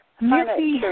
Missy